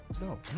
No